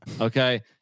Okay